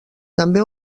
també